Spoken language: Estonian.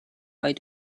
vaid